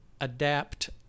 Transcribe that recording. adapt